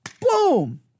Boom